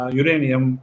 uranium